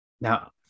now